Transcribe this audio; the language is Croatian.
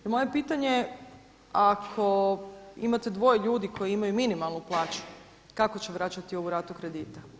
Moje pitanje, ako imate dvoje ljudi koji imaju minimalnu plaću, kako će vraćati ovu ratu kredita?